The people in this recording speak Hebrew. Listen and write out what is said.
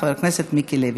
חבר הכנסת מיקי לוי.